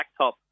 blacktop